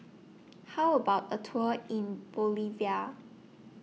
How about A Tour in Bolivia